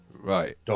Right